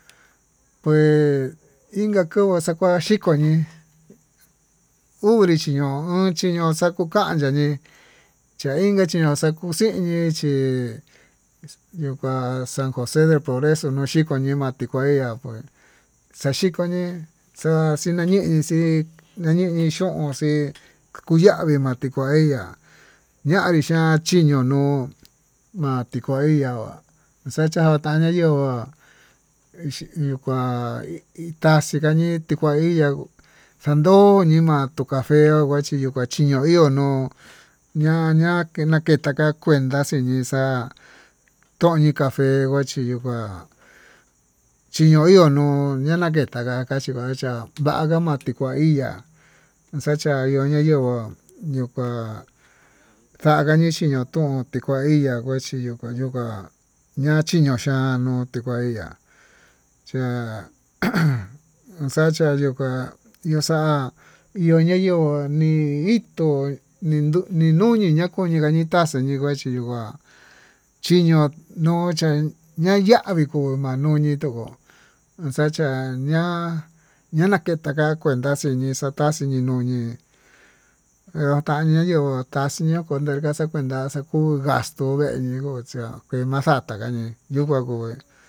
Pues inka kova'a xaka'a xhikoñi uvi chiño'o, o'on xakuu unkanya ñii chainka xiño'o xakuxiñi chí yuu kuá san josé del progreso no'o xhiko ñii kue matikuaña pue xaxhikoñi xa'a, xinañinxii ñanii iin xon xhín kuyavi matekua eya'á ñanrixhan chiño nuu na'a tikua eya'a va'á xacha'a teneyo'ó nakuxikuan ita xhikañi itanueya xandó nima tuu café angua chino tikachino ihó, no ñuu ña'a ña'a tikakueya kuentá xiñii xa'a toñi café kuachí yuu uá chino iho ño'o ña naketaka ngua kachí maechá vanga matikuá iya'á, ichachia ño'o nayenguó tikua ya'a nachintón tikuaeyá yuu kua yuukua ña'a chino xhianó, tikua eya'a chá ajan xachia yukuá ñaxa'a iho nayenguó nii tuu nii nuyii nakuñi nayingaitaxa nakanekuñi, iho kua cuchiño nigua xhinió uxiá nañani kuu mañuni kuu, xachá ña'a na naketa ka'a kuenta xinixi xii nii ñuñii eha taña nenguo ehu taxii ña'a konde ngaxex kuungu gastó kué yuu nuxhia kuá makaka ya'á nii yungua nguí.